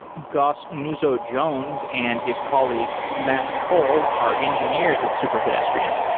goss nuzzo-jones and his colleague, matt cole, are engineers at superpedestrian.